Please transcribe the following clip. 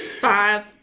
five